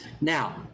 Now